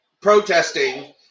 protesting